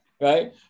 Right